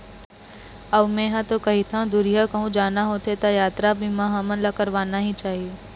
अऊ मेंहा तो कहिथँव दुरिहा कहूँ जाना होथे त यातरा बीमा हमन ला करवाना ही चाही